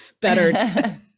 better